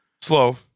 Slow